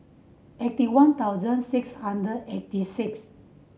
eighty one thousand six hundred eighty six